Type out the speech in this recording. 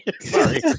Sorry